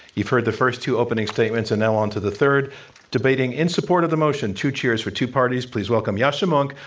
you've heard the first two opening statements. and now onto the third debating in support of the motion, two cheers for two parties. please welcome yascha mounk,